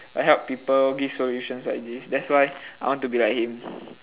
uh help people give solutions like this that's why I want to be like him